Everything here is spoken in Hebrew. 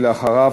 ואחריו,